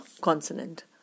consonant